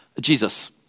Jesus